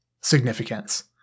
significance